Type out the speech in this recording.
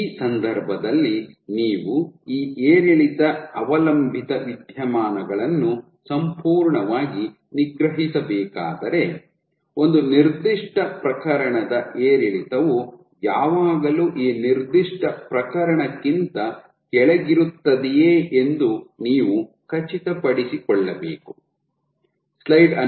ಈ ಸಂದರ್ಭದಲ್ಲಿ ನೀವು ಈ ಏರಿಳಿತ ಅವಲಂಬಿತ ವಿದ್ಯಮಾನಗಳನ್ನು ಸಂಪೂರ್ಣವಾಗಿ ನಿಗ್ರಹಿಸಬೇಕಾದರೆ ಒಂದು ನಿರ್ದಿಷ್ಟ ಪ್ರಕರಣದ ಏರಿಳಿತವು ಯಾವಾಗಲೂ ಈ ನಿರ್ದಿಷ್ಟ ಪ್ರಕರಣಕ್ಕಿಂತ ಕೆಳಗಿರುತ್ತದಯೇ ಎಂದು ನೀವು ಖಚಿತಪಡಿಸಿಕೊಳ್ಳಬೇಕು